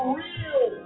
real